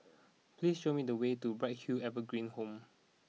please show me the way to Bright Hill Evergreen Home